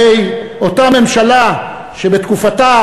הרי אותה ממשלה שבתקופתה